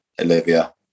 Olivia